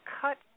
cut